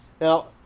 Now